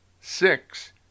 Six